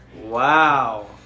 wow